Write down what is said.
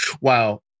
Wow